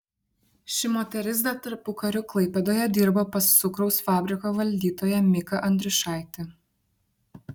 ši moteris dar tarpukariu klaipėdoje dirbo pas cukraus fabriko valdytoją miką andriušaitį